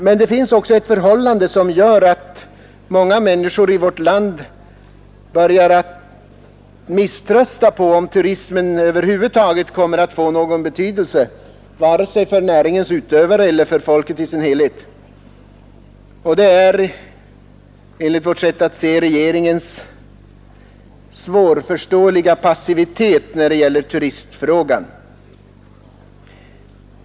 Men det finns ett förhållande som gör att många människor börjar misströsta om att turismen i vårt land över huvud taget kommer att få någon betydelse vare sig för näringens utövare eller för vårt folk i dess helhet, detta på grund av den enligt vårt sätt att se svårförståeliga passivitet i turistfrågan som regeringen visar.